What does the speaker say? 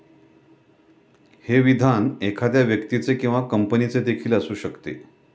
हे विधान एखाद्या व्यक्तीचे किंवा कंपनीचे देखील असू शकते